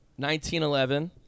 1911